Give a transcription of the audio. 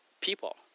people